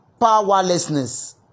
Powerlessness